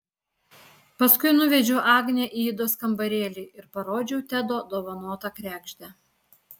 paskui nuvedžiau agnę į idos kambarėlį ir parodžiau tedo dovanotą kregždę